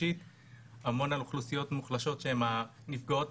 בין שלושה לחמישה מיליון שקלים.